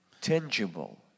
Tangible